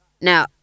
Now